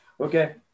Okay